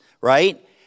right